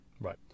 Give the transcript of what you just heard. Right